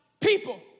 people